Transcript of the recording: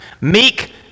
Meek